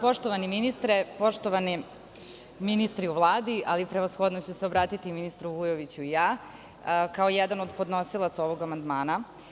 Poštovani ministre, poštovani ministri u Vladi, ali prevashodno ću se obratiti ministru Vujoviću ja, kao jedan od podnosilaca ovog amandmana.